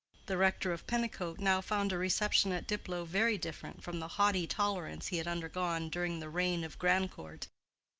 the rector of pennicote now found a reception at diplow very different from the haughty tolerance he had undergone during the reign of grandcourt.